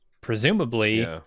presumably